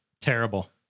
Terrible